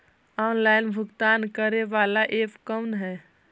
Online भुगतान करे बाला ऐप कौन है?